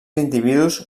individus